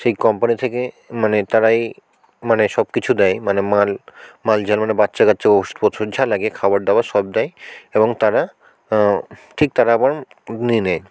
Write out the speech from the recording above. সেই কোম্পানি থেকে মানে তারাই মানে সব কিছু দেয় মানে মাল মাল যেন মানে বাচ্চা কাচ্চা ওষুধপত্র যা লাগে খাবার দাবার সব দেয় এবং তারা ঠিক তারা আবার নিয়ে নেয়